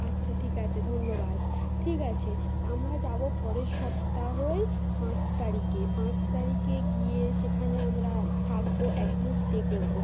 আচ্ছা ঠিক আছে ধন্যবাদ ঠিক আছে আমরা যাব পরের সপ্তাহে পাঁচ তারিখে পাঁচ তারিখে গিয়ে সেখানে আমরা থাকব এক দিন স্টে করব